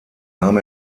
nahm